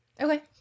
Okay